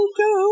go